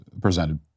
presented